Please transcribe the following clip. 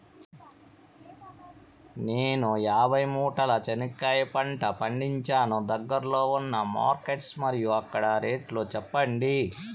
నేను యాభై మూటల చెనక్కాయ పంట పండించాను దగ్గర్లో ఉన్న మార్కెట్స్ మరియు అక్కడ రేట్లు చెప్పండి?